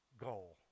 goal